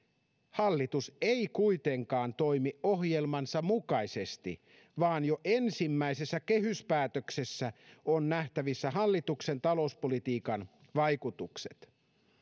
hallitus ei kuitenkaan toimi ohjelmansa mukaisesti vaan jo ensimmäisessä kehyspäätöksessä on nähtävissä hallituksen talouspolitiikan vaikutukset